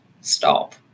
stop